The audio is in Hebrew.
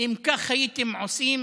אם כך הייתם עושים